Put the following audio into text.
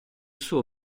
suo